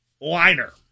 liner